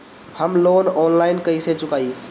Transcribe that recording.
हम loan online कइसे चुकाई?